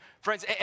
Friends